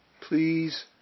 Please